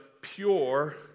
pure